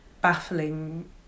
baffling